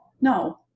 no